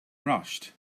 rushed